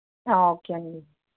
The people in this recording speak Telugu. ఓకే అండి